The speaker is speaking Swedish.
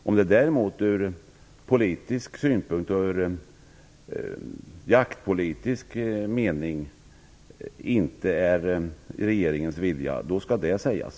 Om det däremot ur politisk synpunkt och i jaktpolitisk mening inte är i enlighet med regeringens vilja, skall det sägas.